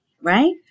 right